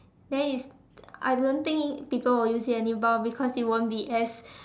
then it's I don't think people will use it anymore because it won't be as